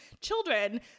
children